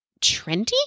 trendy